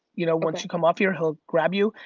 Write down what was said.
you know once you come off here he'll grab you,